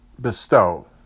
bestow